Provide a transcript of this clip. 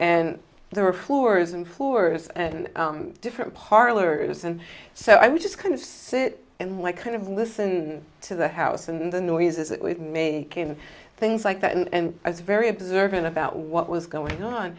and there were floors and floors and different parlors and so i would just kind of sit and like kind of listen to the house and the noises that we make in things like that and i was very observant about what was going on